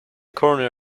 corner